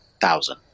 thousand